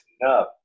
enough